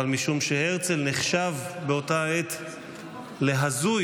אבל משום שהרצל נחשב באותה העת להזוי,